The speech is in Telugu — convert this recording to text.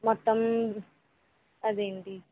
మొత్తం అదేంటి